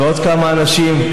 ועוד כמה אנשים,